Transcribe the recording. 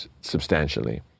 substantially